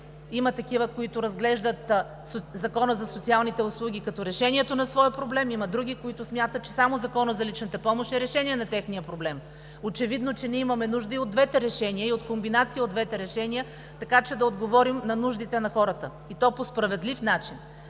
Има такива, които разглеждат Закона за социалните услуги като решението на своя проблем, има други, които смятат, че само Законът за личните помощи е решение на техния проблем. Очевидно е, че ние имаме нужда и от двете решения и от комбинация и от двете решения, така че да отговорим на нуждите на хората, и то по справедлив начин,